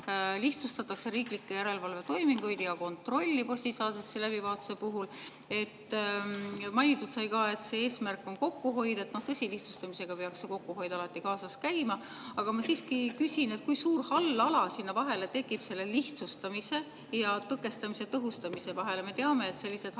lihtsustatakse riiklikke järelevalvetoiminguid ja kontrolli postisaadetiste läbivaatuse puhul. Mainitud sai ka, et eesmärk on kokkuhoid. Tõsi, lihtsustamisega peaks kokkuhoid alati kaasas käima. Aga ma siiski küsin, kui suur hall ala sinna vahele tekib, lihtsustamise ja tõkestamise tõhustamise vahele. Me teame, et sellised